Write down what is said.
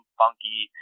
funky